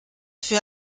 für